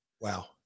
Wow